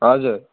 हजुर